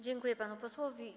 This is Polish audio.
Dziękuję panu posłowi.